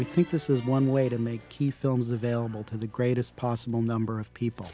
we think this is one way to make key films available to the greatest possible number of people